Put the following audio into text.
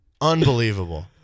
Unbelievable